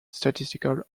statistical